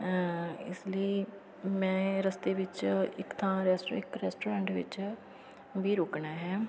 ਇਸ ਲਈ ਮੈਂ ਰਸਤੇ ਵਿੱਚ ਇੱਕ ਥਾਂ ਰੈਸਟੋ ਇੱਕ ਰੈਸਟੋਰੈਂਟ ਵਿੱਚ ਵੀ ਰੁਕਣਾ ਹੈ